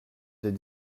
des